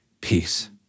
peace